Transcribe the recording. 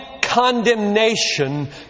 condemnation